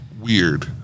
weird